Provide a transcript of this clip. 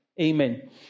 Amen